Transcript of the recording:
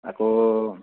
আকৌ